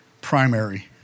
primary